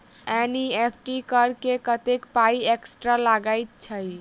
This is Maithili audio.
एन.ई.एफ.टी करऽ मे कत्तेक पाई एक्स्ट्रा लागई छई?